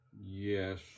Yes